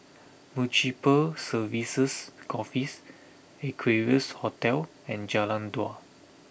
Municipal Services Office Equarius Hotel and Jalan Dua